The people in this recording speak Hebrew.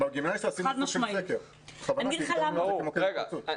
בגימנסיה עשינו סוג של סקר בכוונה כי הגדרנו אותו כמוקד התפרצות.